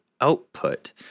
output